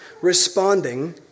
responding